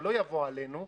שלא יבוא עלינו,